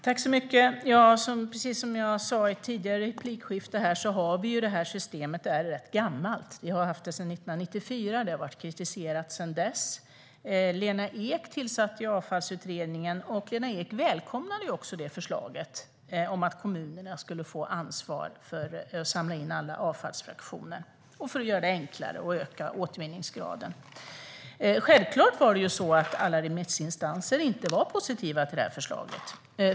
Herr talman! Precis som jag sa i ett tidigare replikskifte är det här systemet rätt gammalt. Vi har haft det sedan 1994. Det har varit kritiserat sedan dess. Lena Ek tillsatte ju Avfallsutredningen, och Lena Ek välkomnade också förslaget att kommunerna skulle få ansvar för att samla in alla avfallsfraktioner för att göra det enklare och öka återvinningsgraden. Självklart var inte alla remissinstanser positiva till förslaget.